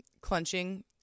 clenching